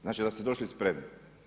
Znači da ste došli spremni.